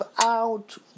out